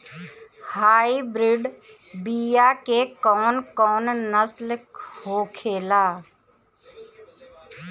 Hybrid बीया के कौन कौन नस्ल होखेला?